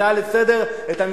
הצעה לסדר-היום,